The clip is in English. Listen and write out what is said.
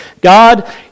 God